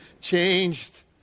changed